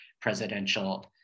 presidential